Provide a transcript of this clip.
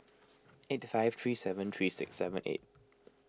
eight five three seven three six seven eight